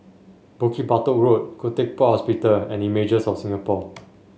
Bukit Batok Road Khoo Teck Puat Hospital and Images of Singapore